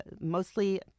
mostly